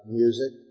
music